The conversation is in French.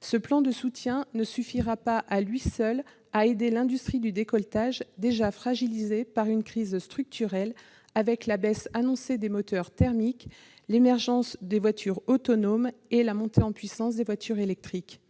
Ce plan de soutien ne suffira pas à lui seul à aider l'industrie du décolletage, déjà fragilisée par une crise structurelle avec la baisse annoncée des moteurs thermiques, l'émergence des voitures autonomes et la montée en puissance des voitures électriques.